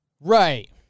Right